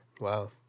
Wow